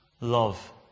love